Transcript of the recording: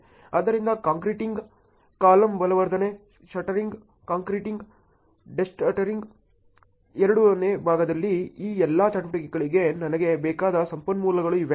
ಆದ್ದರಿಂದ concreting column ಬಲವರ್ಧನೆ shuttering concreting ಡೀಶಟರಿಂಗ್ನ 2 ನೇ ಭಾಗದಲ್ಲಿ ಈ ಎಲ್ಲಾ ಚಟುವಟಿಕೆಗಳಿಗೆ ನನಗೆ ಬೇಕಾದ ಸಂಪನ್ಮೂಲಗಳು ಇವೆ